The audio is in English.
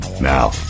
Now